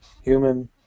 Human